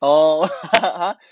oh !huh!